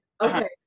okay